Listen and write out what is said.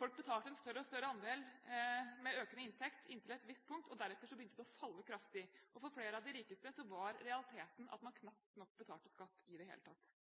Folk betalte en større og større andel med økende inntekt inntil et visst punkt, og deretter begynte det å falle kraftig, og for flere av de rikeste var realiteten at man knapt nok betalte skatt i det hele tatt.